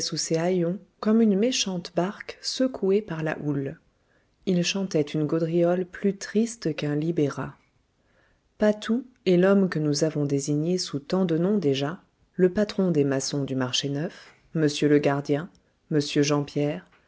comme une méchante barque secouée par la houle il chantait une gaudriole plus triste qu'un libéra patou et l'homme que nous avons désigné sous tant de noms déjà le patron des maçons du marché neuf m le gardien m jean pierre